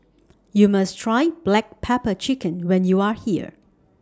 YOU must Try Black Pepper Chicken when YOU Are here